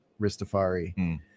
Ristafari